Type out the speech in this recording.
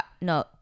no